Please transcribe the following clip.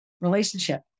relationship